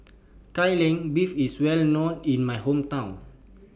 Kai Lan Beef IS Well known in My Hometown